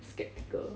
sceptical